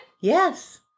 Yes